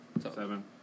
Seven